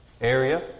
area